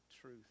truth